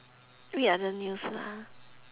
read other news lah